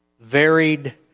varied